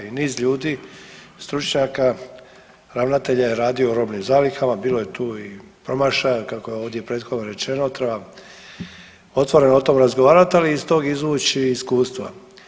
I niz ljudi stručnjaka, ravnatelja jer radio u robnim zalihama, bilo je tu i promašaja kako je ovdje prethodno rečeno treba otvoreno o tom razgovarat, ali iz tog izvući iskustva.